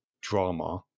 drama